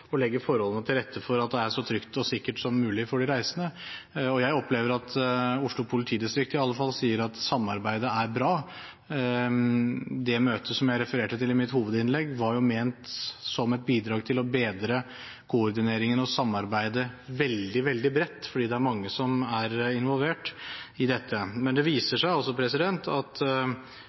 legge forholdene til rette for at det er så trygt og sikkert som mulig for de reisende. Jeg opplever at Oslo politidistrikt, iallfall, sier at samarbeidet er bra. Det møtet som jeg refererte til i mitt hovedinnlegg, var ment som et bidrag til å bedre koordineringen og samarbeidet veldig, veldig bredt fordi det er mange som er involvert i dette. Men det viser seg altså at